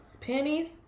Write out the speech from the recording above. Pennies